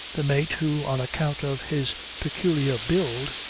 the mate who, on account of his peculiar build,